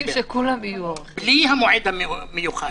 בלי המועד המיוחד.